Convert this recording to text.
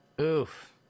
Oof